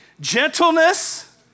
Gentleness